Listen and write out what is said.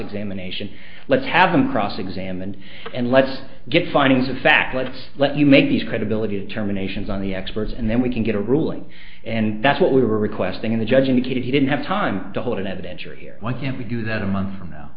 examination let's have them cross examined and let's get findings of fact let's let you make these credibility of terminations on the experts and then we can get a ruling and that's what we were requesting of the judge indicated he didn't have time to hold an evidentiary here once and we do that a month from now